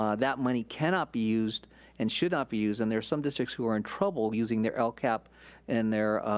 um that money cannot be used and should not be used, and there are some districts who are in trouble using their lcap and their